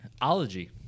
ology